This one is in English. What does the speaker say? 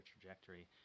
trajectory